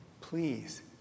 please